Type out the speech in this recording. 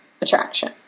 attraction